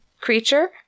creature